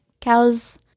Cows